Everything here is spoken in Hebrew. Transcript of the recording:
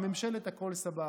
ממשלת הכול סבבה.